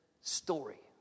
story